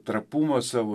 trapumą savo